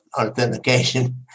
authentication